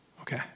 Okay